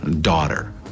daughter